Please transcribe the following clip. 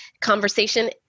conversation